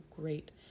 great